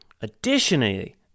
Additionally